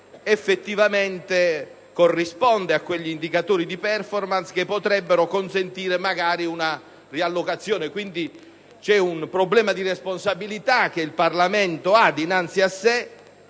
effettivamente corrisponda a quegli indicatori di *performance* che potrebbero consentire magari una riallocazione. Vi è quindi un problema di responsabilità che il Parlamento ha dinanzi a sé,